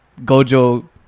gojo